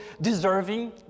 deserving